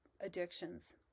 addictions